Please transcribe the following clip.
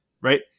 Right